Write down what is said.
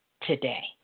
today